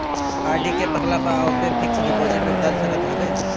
RD के पकला पअ ओके फिक्स डिपाजिट में बदल जा सकत हवे